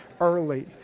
early